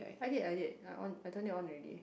I did I did I on I turn it on already